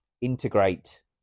integrate